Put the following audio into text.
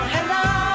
Hello